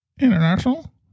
International